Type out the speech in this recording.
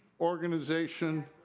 organization